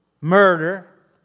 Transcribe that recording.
murder